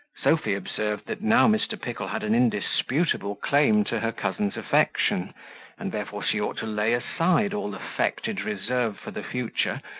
sophy observed that now mr. pickle had an indisputable claim to her cousin's affection and therefore she ought to lay aside all affected reserve for the future,